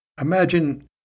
Imagine